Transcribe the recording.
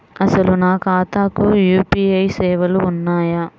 అసలు నా ఖాతాకు యూ.పీ.ఐ సేవలు ఉన్నాయా?